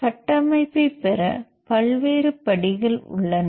கட்டமைப்பை பெற பல்வேறு படிகள் உள்ளன